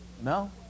no